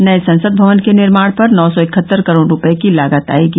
नये संसद भवन के निर्माण पर नौ सौ इकहत्तर करोड़ रुपए की लागत आएगी